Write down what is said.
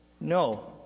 No